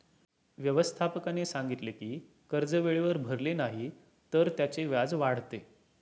व्यवस्थापकाने सांगितले की कर्ज वेळेवर भरले नाही तर त्याचे व्याज वाढते